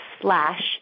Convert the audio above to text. slash